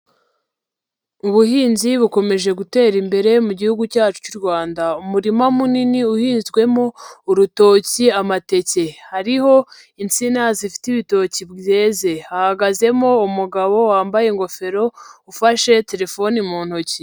Ubuhinzi bukomeje gutera imbere mu gihugu cyacu cy'u Rwanda, umurima munini uhinzwemo urutoki, amateke, hariho insina zifite ibitoki byeze, hahagazemo umugabo wambaye ingofero ufashe telefone mu ntoki.